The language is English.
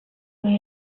where